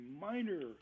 minor